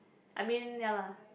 I mean ya lah